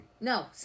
No